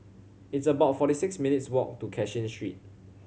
it's about forty six minutes' walk to Cashin Street